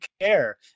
care